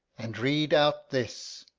and read out this.